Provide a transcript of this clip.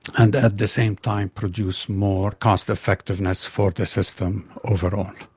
and at the same time produce more cost effectiveness for the system overall.